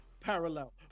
parallel